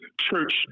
church